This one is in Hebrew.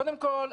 קודם כל,